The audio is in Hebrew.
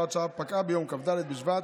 הוראת השעה פקעה ביום כ"ד בשבט,